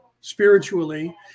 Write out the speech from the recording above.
spiritually